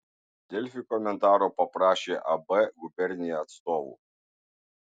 delfi komentaro paprašė ab gubernija atstovų